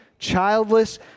childless